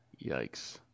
yikes